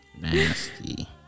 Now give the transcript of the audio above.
Nasty